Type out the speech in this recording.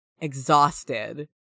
exhausted